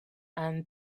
and